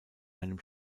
einem